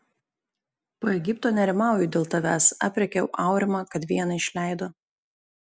po egipto nerimauju dėl tavęs aprėkiau aurimą kad vieną išleido